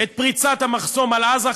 את פריצת המחסום על עזה,